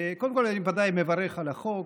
קודם כול אני בוודאי מברך על החוק,